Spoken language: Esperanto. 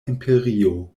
imperio